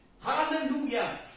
Hallelujah